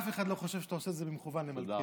אף אחד לא חושב שאתה עושה את זה במכוון למלכיאלי.